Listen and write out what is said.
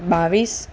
બાવીસ